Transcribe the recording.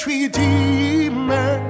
Redeemer